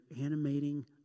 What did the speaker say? animating